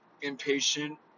impatient